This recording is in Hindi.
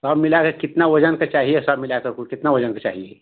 सब मिला के कितना वजन का चाहिए सब मिलाकर कुल कितना वजन का चाहिए